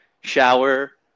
shower